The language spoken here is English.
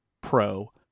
Pro